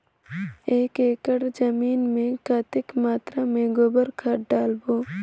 एक एकड़ जमीन मे कतेक मात्रा मे गोबर खाद डालबो?